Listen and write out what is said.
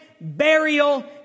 burial